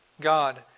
God